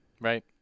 Right